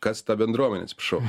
kas ta bendruomenė atsiprašau